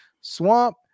Swamp